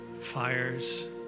fires